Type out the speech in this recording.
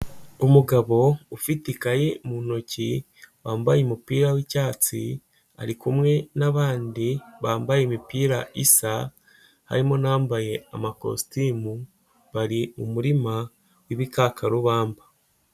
Umugabo ufite ikayi mu ntoki, wambaye umupira w'icyatsi, ari kumwe n'abandi bambaye imipira isa, harimo n'abambaye amakositimu, bari mu murima w'ibikakarubamba.